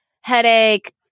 headache